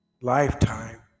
lifetime